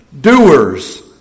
doers